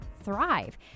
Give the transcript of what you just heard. thrive